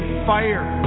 fire